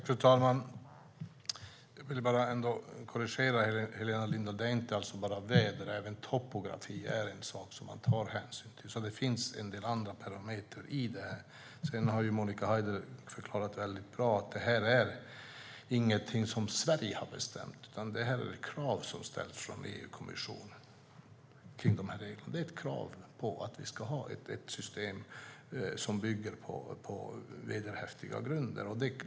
Fru talman! Jag vill bara korrigera Helena Lindahl: Det är inte alls bara väder utan även topografi som man tar hänsyn till. Det finns alltså en del andra parametrar i det här. Sedan förklarade Monica Haider väldigt väl att det här inte är någonting som Sverige har bestämt. Det här är krav som ställs av EU-kommissionen. Det är ett krav att vi ska ha ett system som bygger på vederhäftiga grunder.